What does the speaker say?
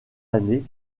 années